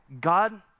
God